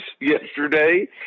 yesterday